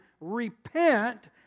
repent